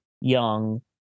young